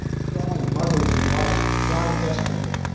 crying mothers and wives. crying desperately.